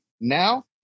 Now